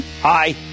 Hi